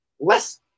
less